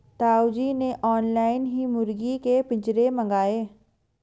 ताऊ जी ने ऑनलाइन ही मुर्गी के पिंजरे मंगाए